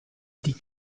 die